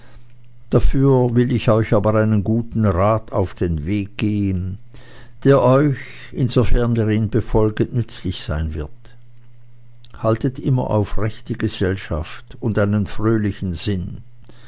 dafür will ich euch aber einen guten rat auf den weg geben der euch insofern ihr ihn befolget nützlich sein wird haltet immer auf rechte gesellschaft und einen fröhlichen sinn